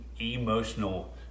emotional